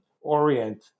orient